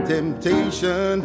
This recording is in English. Temptation